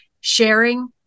sharing